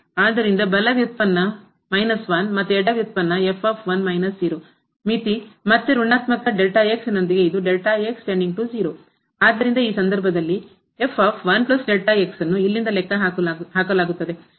ಆದ್ದರಿಂದ ಬಲ ವ್ಯುತ್ಪನ್ನ ಮತ್ತು ಎಡ ವ್ಯುತ್ಪನ್ನ ಮಿತಿ ಮತ್ತೆ ನೊಂದಿಗೆ ಇದು ಆದ್ದರಿಂದ ಈ ಸಂದರ್ಭದಲ್ಲಿ ಅನ್ನು ಇಲ್ಲಿಂದ ಲೆಕ್ಕಹಾಕಲಾಗುತ್ತದೆ